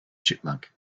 chipmunk